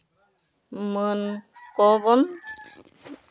ᱢᱟᱹᱱ ᱠᱚᱵᱚᱱ